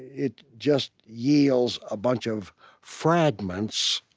it just yields a bunch of fragments